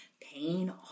pain